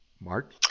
mark